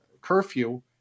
curfew